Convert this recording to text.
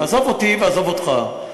סליחה, אני מכבד אותך.